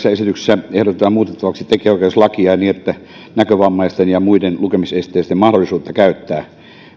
esityksessä ehdotetaan muutettavaksi tekijänoikeuslakia niin että näkövammaisten ja muiden lukemisesteisten mahdollisuutta käyttää